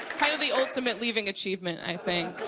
kind of the ultimate leaving a chiefment, i think.